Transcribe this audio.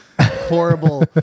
horrible